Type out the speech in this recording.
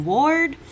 Ward